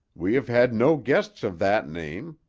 we have had no guests of that name.